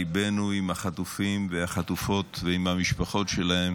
ליבנו עם החטופים והחטופות ועם המשפחות שלהם.